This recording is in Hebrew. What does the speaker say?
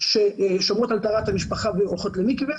שומרות על טהרת המשפחה והולכות למקווה,